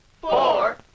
four